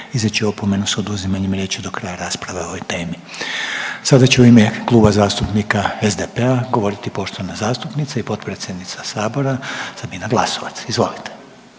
izreći opomenu s oduzimanjem riječi do kraja rasprave o ovoj temi. Sada će u ime Kluba zastupnika SDP-a govoriti poštovana zastupnica i potpredsjednica sabora Sabina Glasovac. Izvolite.